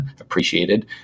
appreciated